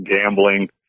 gambling